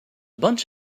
bunch